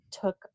took